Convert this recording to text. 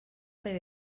per